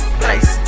place